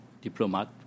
diplomat